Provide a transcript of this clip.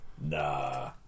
Nah